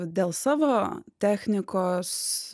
dėl savo technikos